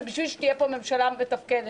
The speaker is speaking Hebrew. זה בשביל שתהיה פה ממשלה מתפקדת.